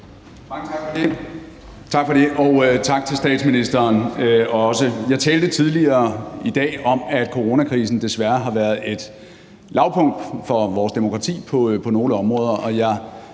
tak for det, og også tak til statsministeren. Jeg talte tidligere i dag om, at coronakrisen desværre har været et lavpunkt for vores demokrati på nogle områder,